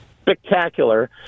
Spectacular